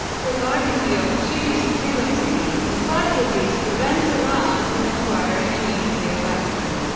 providing the opportunity to intervene decisively to prevent iran from acquiring a nuclear weapon.